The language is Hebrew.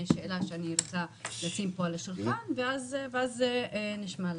שאלה שאני רוצה לשים פה על השולחן ואז נשמע לכם.